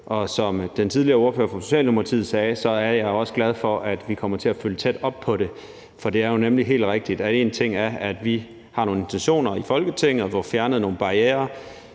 som den tidligere ordfører fra Socialdemokratiet sagde, og som jeg også er glad for, er, at vi kommer til at følge tæt op på det, for det er jo nemlig helt rigtigt, at én ting er, at vi har nogle intentioner i Folketinget om at få fjernet nogle barrierer,